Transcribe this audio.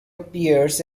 appears